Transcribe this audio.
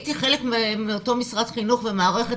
והייתי חלק מאותו משרד חינוך ומהמערכת